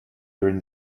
during